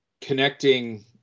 Connecting